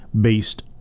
based